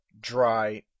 dry